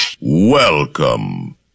welcome